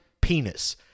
penis